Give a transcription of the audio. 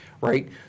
Right